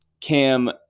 Cam